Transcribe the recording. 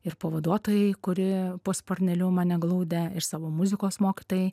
ir pavaduotojai kurie po sparneliu mane glaudė ir savo muzikos mokytojai